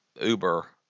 Uber